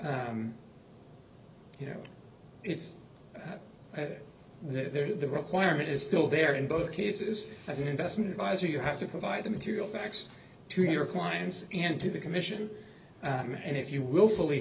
you know it's there the requirement is still there in both cases as an investment adviser you have to provide the material facts to your clients and to the commission and if you will fully